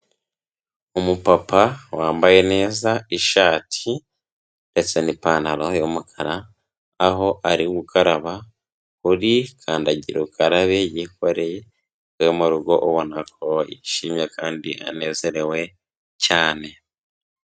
Umupapa wambaye neza ishati, ndetse n'ipantaro y'umukara, aho ari gukaraba kuri kandagira ukarabe yikoreye yo mu rugo, ubona ko yishimye kandi anezerewe cyane.